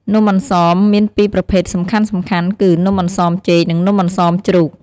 នំអន្សមមានពីរប្រភេទសំខាន់ៗគឺ នំអន្សមចេក និង នំអន្សមជ្រូក។